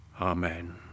Amen